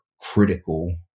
critical